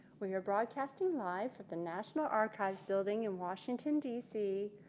we are broadcasting live from the national archives building in washington d c.